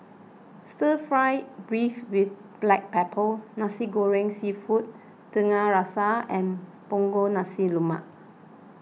Stir Fry Beef with Black Pepper Nasi Goreng Seafood Tiga Rasa and Punggol Nasi Lemak